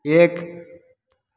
एक